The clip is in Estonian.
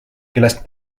kellest